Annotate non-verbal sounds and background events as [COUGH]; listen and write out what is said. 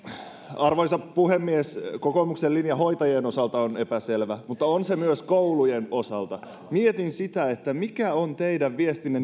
arvoisa puhemies kokoomuksen linja hoitajien osalta on epäselvä mutta on se myös koulujen osalta mietin että mikä on teidän viestinne [UNINTELLIGIBLE]